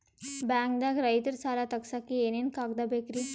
ಬ್ಯಾಂಕ್ದಾಗ ರೈತರ ಸಾಲ ತಗ್ಸಕ್ಕೆ ಏನೇನ್ ಕಾಗ್ದ ಬೇಕ್ರಿ?